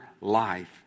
life